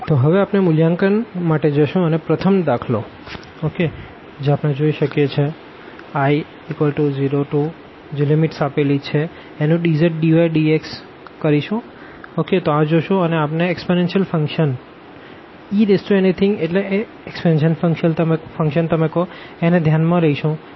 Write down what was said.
તો હવે આપણે મૂલ્યાંકન માટે જશું અને પ્રથમ દાખલો I0a0x0xyexyzdzdydx જોશું અને આપણે એક્ષ્પોનેન્શ્ય્લ ફંકશન exyz ધ્યાનમાં લઇ શું